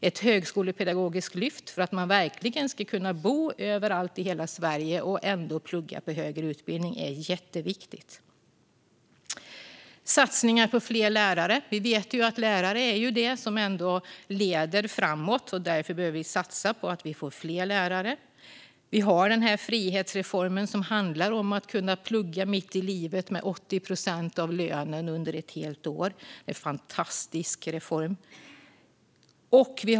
Ett högskolepedagogiskt lyft för att man verkligen ska kunna bo överallt i hela Sverige och ändå plugga på högre utbildning är jätteviktigt. Vi gör satsningar på fler lärare. Vi vet ju att lärare är det som leder framåt, och därför behöver vi satsa på att få fler lärare. Vi gör också en frihetsreform som handlar om att kunna plugga mitt i livet med 80 procent av lönen under ett helt år. Det är en fantastisk reform.